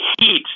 heat